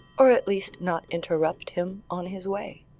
or at least not interrupt him on his way